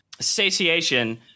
satiation